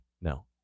No